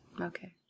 Okay